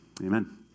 Amen